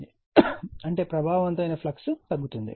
అంటే ప్రభావవంతమైన ఫ్లక్స్ తగ్గుతుంది